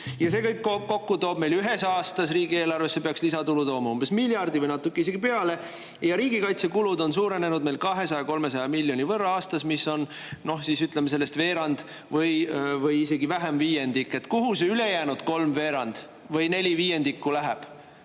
Ja see kõik kokku peaks meile ühes aastas riigieelarvesse lisatulu tooma umbes miljard eurot või natuke isegi peale. Riigikaitsekulud on suurenenud meil 200–300 miljoni euro võrra aastas, mis on, ütleme, sellest veerand või isegi vähem, viiendik. Kuhu see ülejäänud kolmveerand või neli viiendikku läheb?